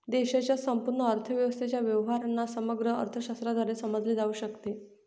देशाच्या संपूर्ण अर्थव्यवस्थेच्या व्यवहारांना समग्र अर्थशास्त्राद्वारे समजले जाऊ शकते